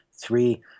three